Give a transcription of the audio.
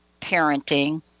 parenting